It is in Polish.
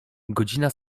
godzina